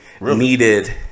needed